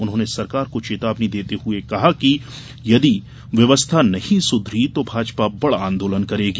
उन्होंने सरकार को चेतावनी देते हुए कहा कि यदि व्यवस्था नहीं सुधरी तो भाजपा बड़ा आंदोलन करेगी